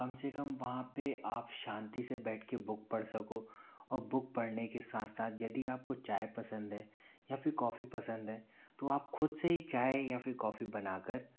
कम से कम वहाँ पे आप शांति से बैठ के बुक पढ़ सको और बुक पढ़ने के सात सात यदि आपको चाय पसंद है या फिर कॉफी पसंद है तो आप खुद से चाय या फिर कॉफी बनाकर